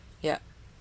yup